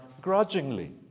grudgingly